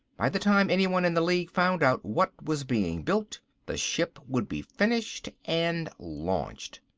by the time anyone in the league found out what was being built the ship would be finished and launched.